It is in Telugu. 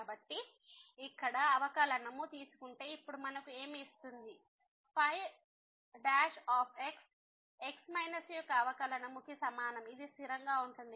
కాబట్టి ఇక్కడ అవకలనము తీసుకుంటే ఇప్పుడు మనకు ఏమి ఇస్తుంది ϕ x మైనస్ యొక్క అవకలనము కి సమానం ఇది స్థిరంగా ఉంటుంది